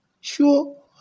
Sure